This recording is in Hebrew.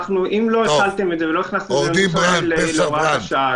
אם לא החלתם את זה ולא הכנסתם את זה להוראת השעה,